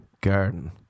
garden